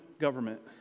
government